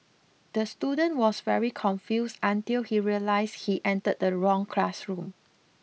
the student was very confused until he realised he entered the wrong classroom